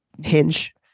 hinge